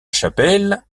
chapelle